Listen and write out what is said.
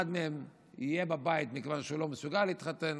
אחד מהם יהיה בבית מכיוון שהוא לא מסוגל להתחתן